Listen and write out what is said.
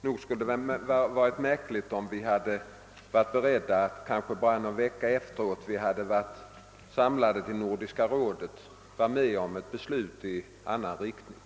Nog skulle det varit märkligt, om vi varit beredda att kanske bara någon vecka senare besluta i annan riktning.